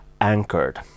anchored